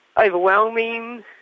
overwhelming